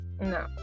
No